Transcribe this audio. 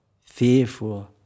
fearful